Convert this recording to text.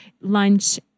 lunch